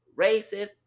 racist